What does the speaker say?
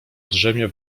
drzemie